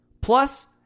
Plus